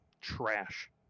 trash